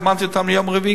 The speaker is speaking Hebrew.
הזמנתי אותם כבר ליום רביעי.